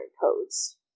codes